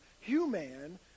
human